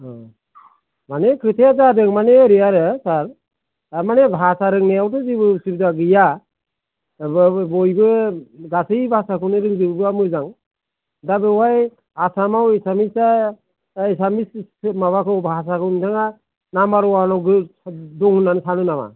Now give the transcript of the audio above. औ मानि खोथाया जादों मानि ओरै आरो सार थारमानि भाषा रोंनायावथ' जेबो उसुबिदा गैया होनबाबो बयबो गासै भाषाखौनो रोंजोबोबा मोजां दा बेवहाय आसामाव एसामिसया एसामिस माबाखौ भाषाखौ नोंथाहा नाम्बार वानआव दं होन्नानै सानो नामा